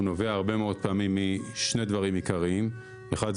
הרבה מאוד פעמים הוא נובע משני דברים עיקריים: אחד,